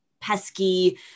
pesky